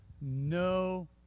No